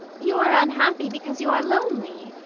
you are unhappy because you are lonely.